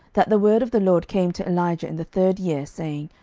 that the word of the lord came to elijah in the third year, saying,